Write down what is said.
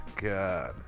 God